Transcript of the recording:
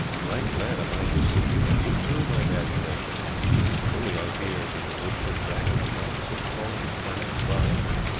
right glad am i to see you, and you too, my valiant egbert truly i feared that the good ship dragon had long since fallen into the hands of our enemy.